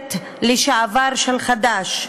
כנסת לשעבר של חד"ש,